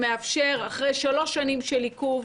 שאחרי שלוש שנים של עיכוב,